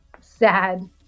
sad